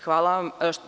Hvala vam.